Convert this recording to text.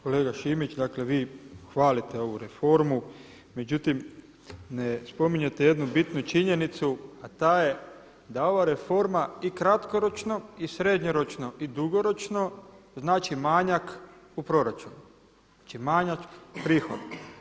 Kolega Šimić, dakle vi hvalite ovu reformu, međutim ne spominjete jednu bitnu činjenicu, a ta je da ova reforma i kratkoročno i srednjoročno i dugoročno znači manjak u proračunu, dakle manjak prihoda.